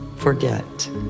forget